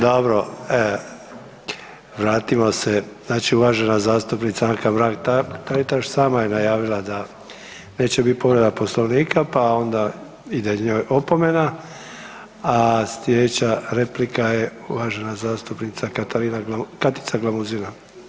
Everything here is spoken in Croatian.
Dobro vratimo se, znači uvažena zastupnica Anka Mrak Taritaš sama je najavila da neće biti povreda Poslovnika, pa onda ide njoj opomena, a sljedeća replika je uvažena zastupnica Katica Glamuzina.